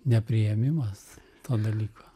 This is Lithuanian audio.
nepriėmimas to dalyko